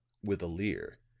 with a leer,